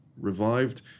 revived